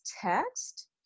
text